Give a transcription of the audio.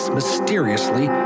mysteriously